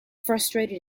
frustrated